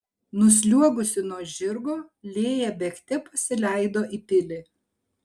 nusliuogusi nuo žirgo lėja bėgte pasileido į pilį